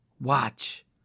Watch